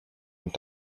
und